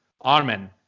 Armen